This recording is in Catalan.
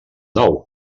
nou